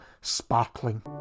Sparkling